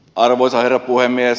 arvoisa herra puhemies